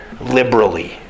liberally